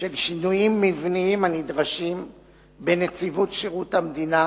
של שינויים מבניים הנדרשים בנציבות שירות המדינה,